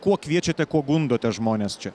kuo kviečiate kuo gundote žmones čia